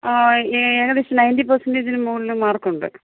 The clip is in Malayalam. ആ ഏകദേശം നയൻ്റി പേഴ്സൻ്റേജിന് മുകളിൽ മാർക്കുണ്ട്